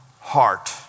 heart